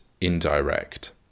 indirect